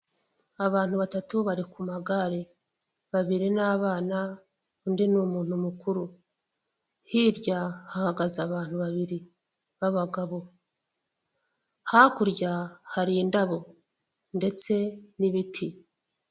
Abantu batatu bari ku magare babiri ni abana undi ni umuntu mukuru, hirya hahagaze abantu babiri ba bagabo, hakurya hari indabo ndetse n'ibiti.